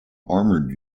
armored